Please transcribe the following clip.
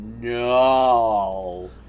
no